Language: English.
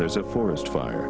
there's a forest fire